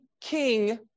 king